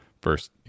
first